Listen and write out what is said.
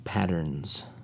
Patterns